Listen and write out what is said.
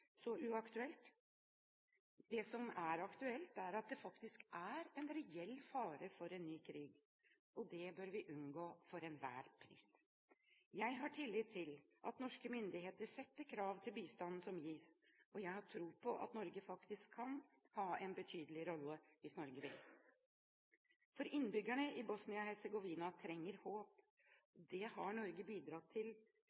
så uaktuell! Det som er aktuelt, er at det faktisk er en reell fare for en ny krig, og det bør vi unngå for enhver pris. Jeg har tillit til at norske myndigheter setter krav til bistanden som gis, og jeg har tro på at Norge faktisk kan ha en betydelig rolle – hvis Norge vil. Innbyggerne i Bosnia-Hercegovina trenger